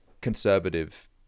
conservative